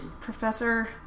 professor